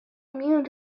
immune